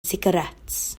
sigaréts